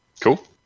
Cool